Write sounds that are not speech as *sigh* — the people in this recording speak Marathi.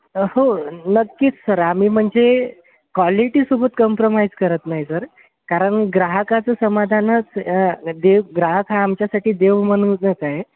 हो नक्कीच सर आम्ही म्हणजे क्वालिटीसोबत कम्प्रमाइज करत नाही सर कारण ग्राहकाचं समाधानच देव ग्राहक हा आमच्यासाठी देव *unintelligible* आहे